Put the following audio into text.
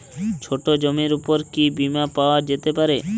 ছোট জমির উপর কি বীমা পাওয়া যেতে পারে?